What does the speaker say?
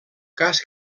cas